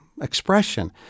expression